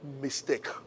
Mistake